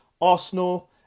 Arsenal